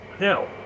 Now